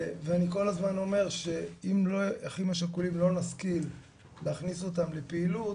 ואני כל הזמן אומר שאם אנחנו לא נשכיל להכניס את האחים השכולים לפעילות,